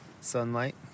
sunlight